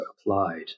applied